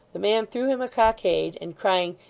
the man threw him a cockade, and crying,